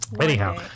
Anyhow